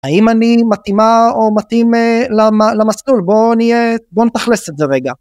האם אני מתאימה או מתאים למסלול בוא נתכל'ס את זה רגע